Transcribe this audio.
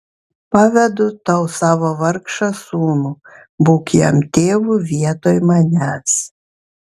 pavedu tau savo vargšą sūnų būk jam tėvu vietoj manęs